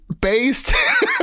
based